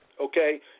okay